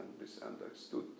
misunderstood